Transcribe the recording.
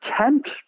attempt